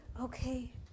Okay